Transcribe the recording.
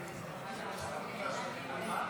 נתקבל.